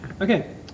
Okay